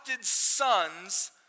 sons